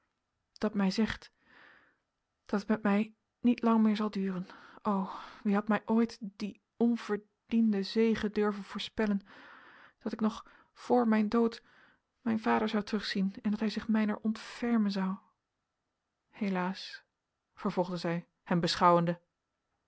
dat mij zegt dat het met mij niet lang meer zal duren o wie had mij ooit dien onverdienden zegen durven voorspellen dat ik nog voor mijn dood mijn vader zou terugzien en dat hij zich mijner ontfermen zou helaas vervolgde zij hem beschouwende